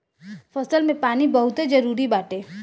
फसल में पानी बहुते जरुरी बाटे